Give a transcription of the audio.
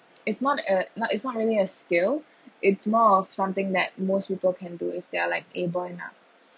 it's not a not it's not really a skill it's more of something that most people can do if they are like able enough